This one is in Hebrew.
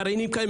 גרעינים כאלה,